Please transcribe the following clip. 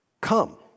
Come